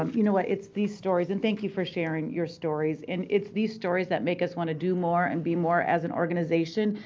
um you know what? it's these stories and thank you for sharing your stories and it's these stories that make us want to do more and be more as an organization,